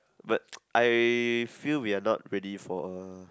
but I feel we are not ready for a